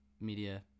media